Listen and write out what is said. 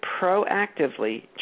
proactively